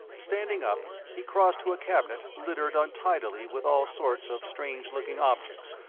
standing up, he crossed to a cabinet littered untidily with all sorts of strange-looking objects,